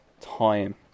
time